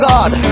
God